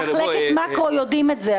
מחלקת מאקרו יודעים את זה,